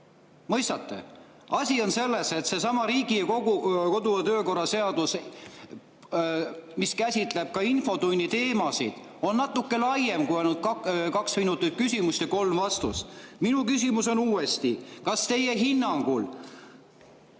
Mõistate? Asi on selles, et seesama Riigikogu kodu‑ ja töökorra seadus, mis käsitleb ka infotunni teemasid, on natuke laiem kui ainult kaks minutit küsimust ja kolm vastust. Minu küsimus uuesti on: kas teie hinnangul